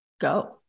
go